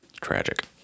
Tragic